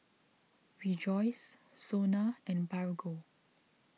Rejoice Sona and Bargo